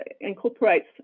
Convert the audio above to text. incorporates